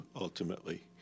ultimately